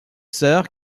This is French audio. sœur